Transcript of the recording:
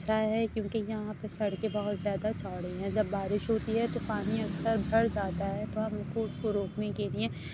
اچھا ہے کیوں کہ یہاں پہ سڑکیں بہت زیادہ چوڑی ہیں جب بارش ہوتی ہے تو پانی اکثر بھر جاتا ہے تو ہم اِن کو اُس کو روکنے کے لیے